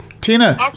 Tina